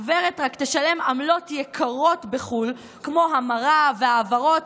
הגברת תשלם עמלות יקרות בחו"ל, כמו המרה והעברות,